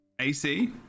AC